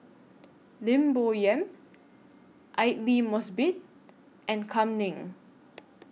Lim Bo Yam Aidli Mosbit and Kam Ning